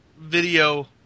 video